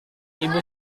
ibu